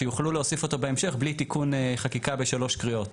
שיוכלו להוסיף אותו בהמשך בלי תיקון חקיקה בשלוש קריאות.